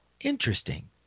interesting